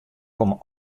komme